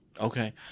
Okay